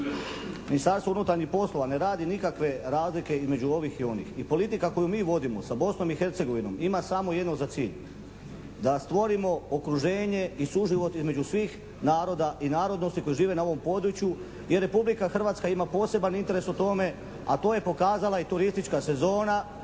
Ministarstvo unutarnjih poslova na radi nikakve razlike između ovih i onih. I politika koju mi vodimo sa Bosnom i Hercegovinom ima samo jedno za cilj. Da stvorimo okruženje i suživot između svih naroda i narodnosti koji žive na ovom području jer Republika Hrvatska ima poseban interes o tome a to je pokazala i turistička sezona,